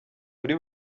muri